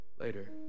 later